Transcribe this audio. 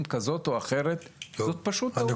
כזאת או אחרת זה פשוט טעות ולכן זה לא עובד.